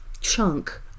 chunk